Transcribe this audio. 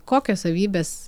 kokios savybės